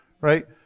right